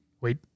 Wait